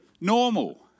Normal